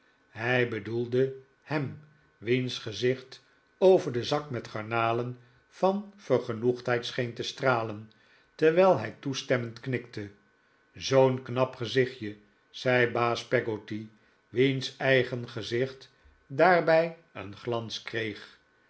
hij bedoelde ham wiens gezicht over den zak met garnalen van vergenoegdheid scheen te stralen terwijl hij toestemmend knikte zoo'n knap gezichtje zei baas peggotty wiens eigen gezicht daarbij een glans kreeg